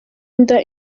inda